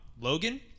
Logan